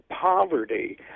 poverty